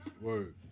Word